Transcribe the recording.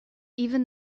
even